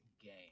game